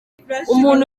umuntu